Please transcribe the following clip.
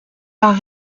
leur